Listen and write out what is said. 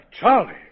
Charlie